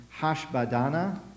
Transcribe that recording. Hashbadana